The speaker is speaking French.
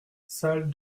salle